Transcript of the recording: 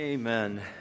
Amen